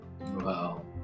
Wow